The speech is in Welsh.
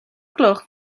gloch